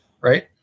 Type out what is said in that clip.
right